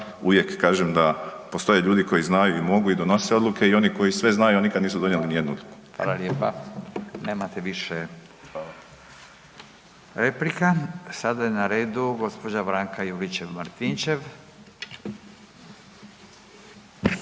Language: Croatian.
uvijek kažem da postoje ljudi koji znaju i mogu i donose odluke i oni koji sve znaju, a nikad nisu donijeli nijednu. **Radin, Furio (Nezavisni)** Hvala lijepa. Nemate više replika. Sada je na redu gospođa Branka Juričev Martinčev.